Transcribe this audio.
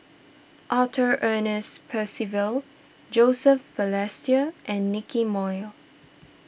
Arthur Ernest Percival Joseph Balestier and Nicky Moey